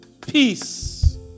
Peace